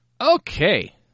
Okay